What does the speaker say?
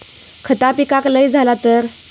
खता पिकाक लय झाला तर?